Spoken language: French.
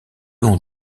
long